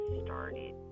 started